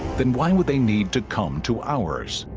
then why would they need to come to ours